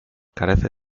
carece